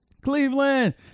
Cleveland